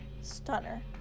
stunner